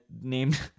named